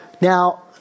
Now